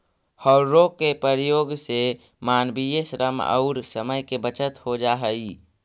हौरो के प्रयोग से मानवीय श्रम औउर समय के बचत हो जा हई